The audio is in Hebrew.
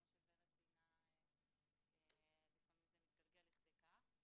כמו שורד ציינה, לפעמים זה מתגלגל לכדי כך.